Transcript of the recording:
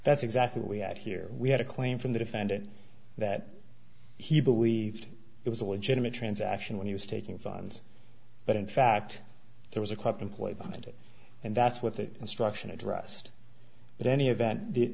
that's exactly what we had here we had a claim from the defendant that he believed it was a legitimate transaction when he was taking funds but in fact there was a cop employed on it and that's what the instruction addressed in any event the